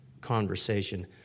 conversation